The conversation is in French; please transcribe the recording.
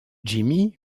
jimmy